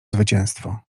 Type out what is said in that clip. zwycięstwo